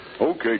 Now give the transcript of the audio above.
Okay